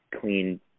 clean